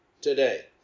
today